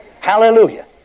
Hallelujah